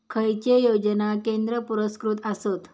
खैचे योजना केंद्र पुरस्कृत आसत?